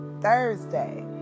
thursday